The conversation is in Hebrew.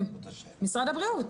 משרד הבריאות,